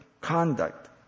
conduct